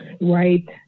Right